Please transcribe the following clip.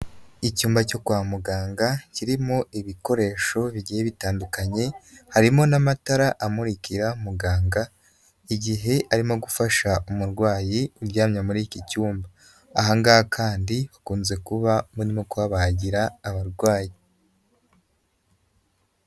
Icyumba cyo kwa muganga, kirimo ibikoresho bigiye bitandukanye, harimo n'amatara amurikira muganga, igihe arimo gufasha umurwayi uryamye muri iki cyumba. Aha ngaha kandi bakunze kuba barimo kuhabagira abarwayi.